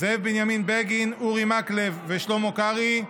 זאב בנימין בגין, אורי מקלב ושלומי קרעי,